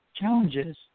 challenges